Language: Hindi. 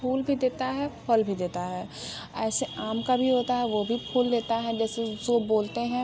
फूल भी देता है फल भी देता है ऐसे आम का भी होता है वो भी फूल देता है जैसे उसको बोलते हैं